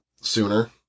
sooner